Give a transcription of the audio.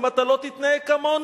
אם אתה לא תתנהג כמונו,